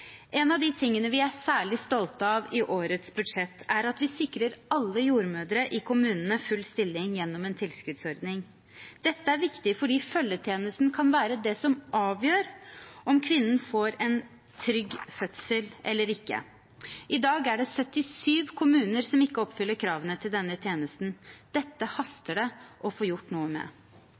En av de tingene vi er særlig stolte av i årets budsjett, er at vi sikrer alle jordmødre i kommunene full stilling gjennom en tilskuddsordning. Dette er viktig fordi følgetjenesten kan være det som avgjør om kvinnen får en trygg fødsel eller ikke. I dag er det 77 kommuner som ikke oppfyller kravene til denne tjenesten. Dette haster det å få gjort noe med.